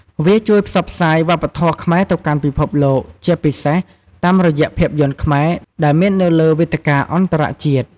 វាជួយផ្សព្វផ្សាយវប្បធម៌ខ្មែរទៅកាន់ពិភពលោក ជាពិសេស តាមរយៈភាពយន្តខ្មែរដែលមាននៅលើវេទិកាអន្តរជាតិ។